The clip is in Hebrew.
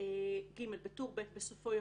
בסופו יבוא: